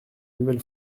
nouvelle